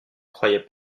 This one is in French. croyait